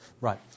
Right